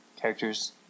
characters